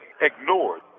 ignored